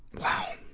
wow!